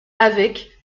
avec